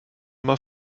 mal